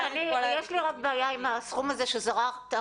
לי יש רק בעיה עם הסכום הזה שזרקת,